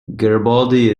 garibaldi